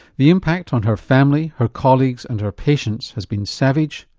the impact on her family, her colleagues and her patients has been savage,